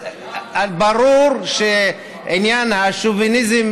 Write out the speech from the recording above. ברור שעניין השוביניזם,